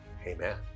Amen